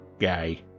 guy